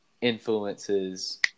influences